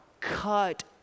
cut